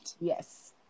Yes